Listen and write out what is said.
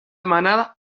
manar